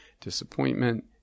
disappointment